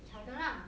炒的 lah